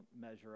measure